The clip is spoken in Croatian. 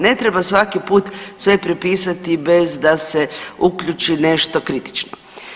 Ne treba svaki put sve prepisati bez da se uključi nešto kritično.